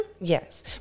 Yes